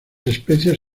especies